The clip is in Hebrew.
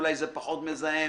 אולי זה פחות מזהם,